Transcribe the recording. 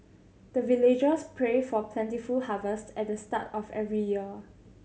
the villagers pray for plentiful harvest at the start of every year